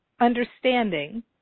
understanding